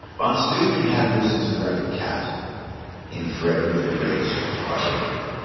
von steuben had risen to the rank of captain in frederick the great's prussian army.